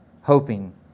hoping